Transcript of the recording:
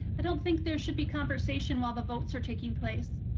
i don't think there should be conversation while the votes are taking place.